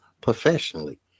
professionally